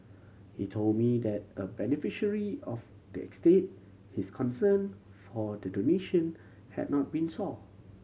he told me that a beneficiary of the estate his consent for the donation had not been sought